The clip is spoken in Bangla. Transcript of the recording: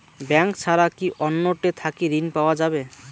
ব্যাংক ছাড়া কি অন্য টে থাকি ঋণ পাওয়া যাবে?